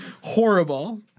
Horrible